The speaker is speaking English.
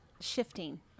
shifting